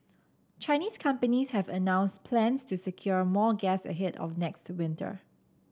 Chinese companies have announced plans to secure more gas ahead of next winter